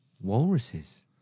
walruses